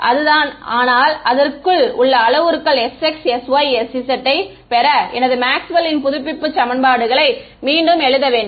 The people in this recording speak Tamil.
அதுதான் ஆனால் அதற்குள் உள்ள அளவுருக்கள் sx sysz யை பெற எனது மேக்ஸ்வெல்லின் புதுப்பிப்பு சமன்பாடுகளை மீண்டும் எழுத வேண்டும்